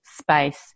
space